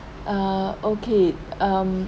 uh okay um